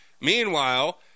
meanwhile